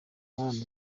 mana